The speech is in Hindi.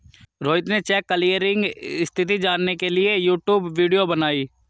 रोहित ने चेक क्लीयरिंग स्थिति जानने के लिए यूट्यूब वीडियो बनाई